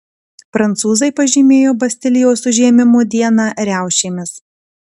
prancūzai pažymėjo bastilijos užėmimo dieną riaušėmis